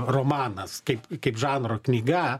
romanas kaip kaip žanro knyga